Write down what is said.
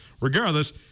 Regardless